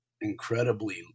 incredibly